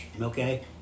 Okay